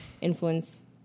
influence